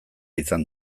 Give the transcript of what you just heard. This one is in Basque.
izan